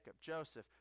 Joseph